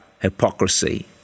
hypocrisy